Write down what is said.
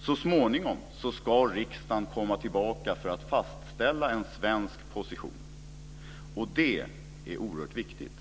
Så småningom ska riksdagen komma tillbaka för att fastställa en svensk position, och det är oerhört viktigt.